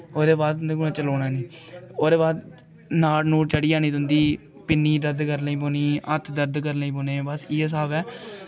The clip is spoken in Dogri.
ओह्दे बाद तुं'दे कोला दा चलोनां निं ओह्दे बाद नाड़ नूड़ चढ़ी जानी तुं'दी पिन्नी दर्द करन लगी पौनी हत्थ दर्द करन लगी पौने बस इ'यै हिसाब ऐ